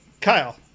Kyle